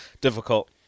difficult